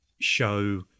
show